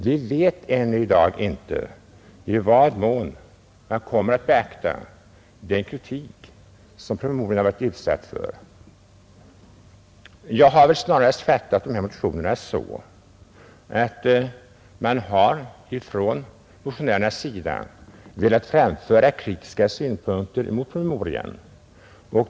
Vi vet ännu i dag inte i vad mån man vid utarbetandet av propositionen kommer att beakta den kritik som promemorian har varit utsatt för. Jag har fattat dessa motioner så, att motionärerna velat framföra kritiska synpunkter på promemorian.